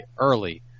early